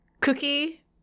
Cookie